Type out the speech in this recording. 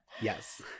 Yes